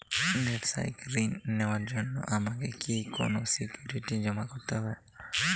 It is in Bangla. ব্যাবসায়িক ঋণ নেওয়ার জন্য আমাকে কি কোনো সিকিউরিটি জমা করতে হবে?